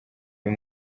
uyu